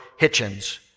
Hitchens